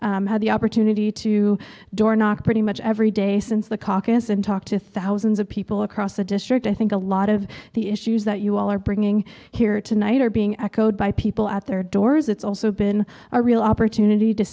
had the opportunity to door knock pretty much every day since the caucus and talk to thousands of people across the district i think a lot of the issues that you all are bringing here tonight are being echoed by people at their doors it's also been a real opportunity to